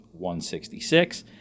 166